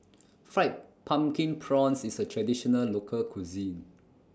Fried Pumpkin Prawns IS A Traditional Local Cuisine